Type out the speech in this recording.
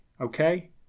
Okay